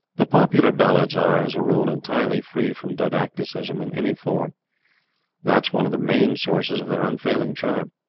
the popular ballads are, as a rule, entirely free from didacticism in any form that is one of the main sources of their unfailing charm.